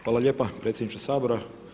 Hvala lijepa predsjedniče Sabora.